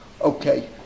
Okay